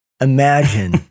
imagine